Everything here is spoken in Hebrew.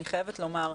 אני חייבת לומר.